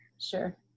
sure